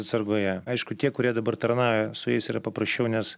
atsargoje aišku tie kurie dabar tarnavę su jais yra paprasčiau nes